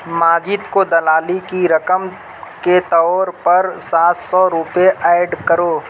ماجد کو دلالی کی رقم کے طور پر سات سو روپے ایڈ کرو